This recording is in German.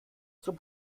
zum